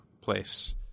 Place